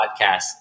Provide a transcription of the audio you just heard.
podcast